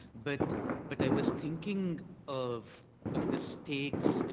but but i was thinking of of the stakes. and